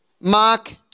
Mark